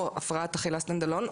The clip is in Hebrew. או הפרעת אכילה סטנדלון,